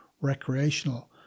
recreational